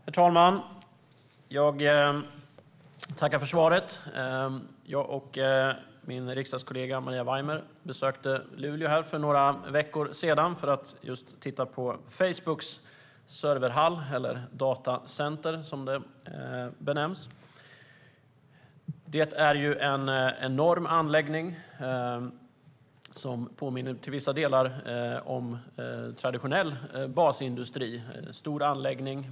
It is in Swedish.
Herr talman! Jag tackar för svaret. Jag och min riksdagskollega Maria Weimer besökte Luleå för några veckor sedan för att titta på Facebooks serverhall, eller datacenter, som det benämns. Det är en enorm anläggning som till vissa delar påminner om traditionell basindustri. Det är en stor anläggning.